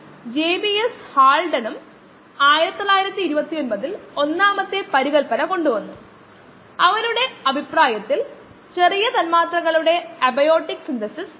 ജലത്തിന്റെ സാന്ദ്രത ഒരു സിസിക്ക് 1 ഗ്രാം അല്ലെങ്കിൽ ഒരു മീറ്ററിന് 1000 കിലോഗ്രാം ഒരു ലിറ്ററിന് 1 കിലോഗ്രാം അതിനാൽ 12000 ലിറ്റർ 12000 കിലോഗ്രാം മാസ്സ് ആയിരിക്കും